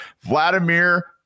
vladimir